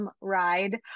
ride